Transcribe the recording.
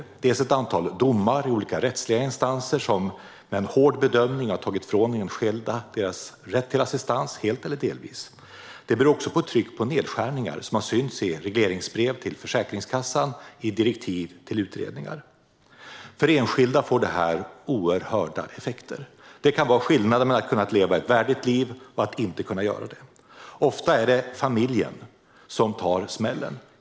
Det handlar delvis om ett antal domar i olika rättsliga instanser som genom en hård bedömning har tagit ifrån enskilda deras rätt till assistans helt eller delvis. Det beror också på ett tryck på nedskärningar, som har synts i regleringsbrev till Försäkringskassan och i direktiv till utredningar. För enskilda får detta oerhört stora effekter. Det kan vara skillnaden mellan att kunna leva ett värdigt liv och att inte kunna göra det. Ofta är det familjen som tar smällen.